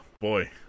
boy